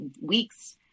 weeks